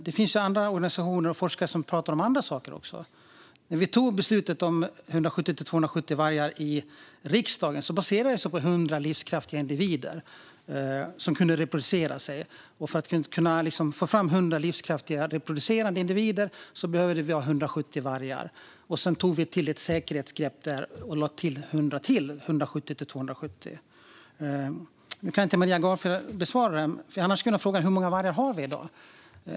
Det finns andra organisationer och forskare som pratar om andra saker. När vi i riksdagen fattade beslutet om 170-270 vargar baserade det sig på 100 livskraftiga individer som kunde reproducera sig. För att få fram 100 livskraftiga reproducerande individer behöver vi 170 vargar. Sedan tog vi till ett säkerhetsgrepp och lade till ytterligare 100, det vill säga 170-270. Nu kan inte Maria Gardfjell svara, annars hade jag kunnat fråga hur många vargar vi har i dag.